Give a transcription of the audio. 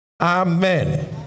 Amen